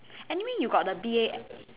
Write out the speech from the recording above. anyway you got the B A